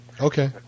Okay